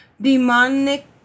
Demonic